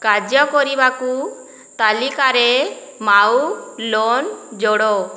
କାର୍ଯ୍ୟ କରିବାକୁ ତାଲିକାରେ ମାଉ ଲୋନ ଯୋଡ